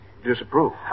disapprove